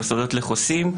מוסדות לחוסים,